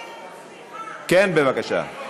מאיר, סליחה.